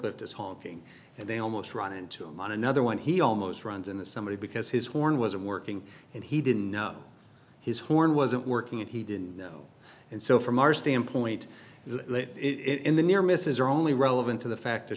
lift is honking and they almost run into him on another one he almost runs into somebody because his horn wasn't working and he didn't know his horn wasn't working and he didn't know and so from our standpoint it in the near misses are only relevant to the fact to